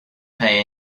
pay